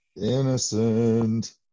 innocent